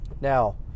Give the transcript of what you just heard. Now